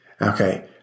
Okay